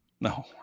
No